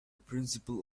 principle